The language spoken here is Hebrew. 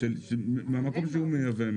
מהמקום שהוא מייבא.